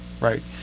right